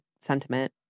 sentiment